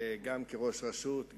גם כראש רשות,